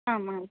आमाम्